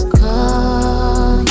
call